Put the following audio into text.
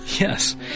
Yes